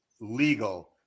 legal